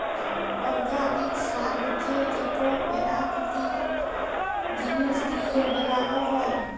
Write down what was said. organic সার হছে যেট পেরাকিতিক জিনিস লিঁয়ে বেলাল হ্যয়